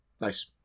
Nice